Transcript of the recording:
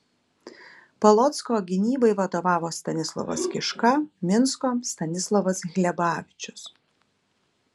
polocko gynybai vadovavo stanislovas kiška minsko stanislovas hlebavičius